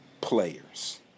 players